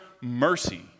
mercy